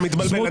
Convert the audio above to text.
אתה מתבלבל.